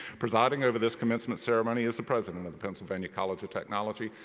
presiding over this commencement ceremony is the president of the pennsylvania college of technology,